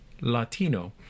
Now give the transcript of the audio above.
Latino